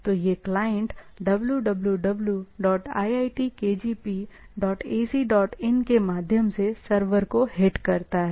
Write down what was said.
तो यह client wwwiitkgpacin के माध्यम से सर्वर को हिट करता है